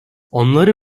onları